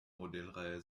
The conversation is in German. modellreihe